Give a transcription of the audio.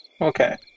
Okay